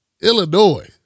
Illinois